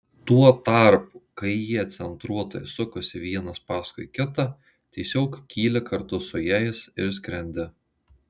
tuo tarpu kai jie centruotai sukasi vienas paskui kitą tiesiog kyli kartu su jais ir skrendi